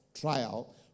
trial